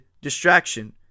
distraction